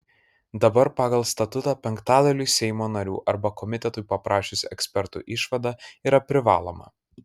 dabar pagal statutą penktadaliui seimo narių arba komitetui paprašius ekspertų išvada yra privaloma